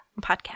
podcast